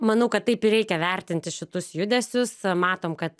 manau kad taip ir reikia vertinti šitus judesius matom kad